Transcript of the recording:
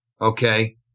okay